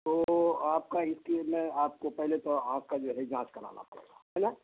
تو آپ کا اس کے اندر آپ کو پہلے تو آنکھ کا جو ہے جانچ کرانا پڑے گا ہے نا